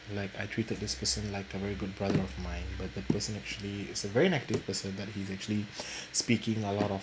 like I treated this person like a very good brother of mine but the person actually is a very active person that he's actually speaking a lot of